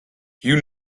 you